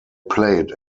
played